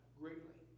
greatly